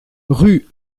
rue